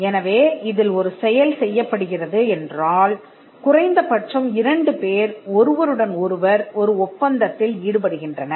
எனவே இதில் ஒரு செயல் செய்யப்படுகிறது என்றால் குறைந்தபட்சம் இரண்டு பேர் ஒருவருடன் ஒருவர் ஒரு ஒப்பந்தத்தில் ஈடுபடுகின்றனர்